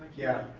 yeah,